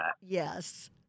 Yes